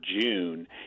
June